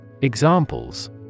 Examples